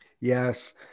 Yes